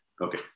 Okay